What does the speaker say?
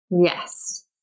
Yes